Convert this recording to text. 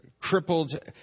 crippled